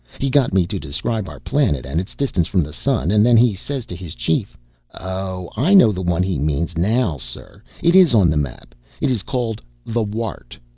he got me to describe our planet and its distance from the sun, and then he says to his chief oh, i know the one he means, now, sir. it is on the map. it is called the wart.